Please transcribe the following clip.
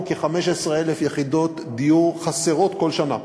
חוסר של כ-15,000 יחידות דיור כל שנה,